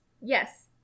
Yes